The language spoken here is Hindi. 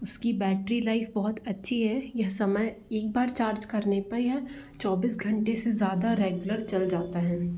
उसकी बैटरी लाइफ बहुत अच्छी है यह समय एक बार चार्ज करने पे यह चौबीस घंटे से ज़्यादा रेगुलर चल जाता है